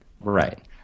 Right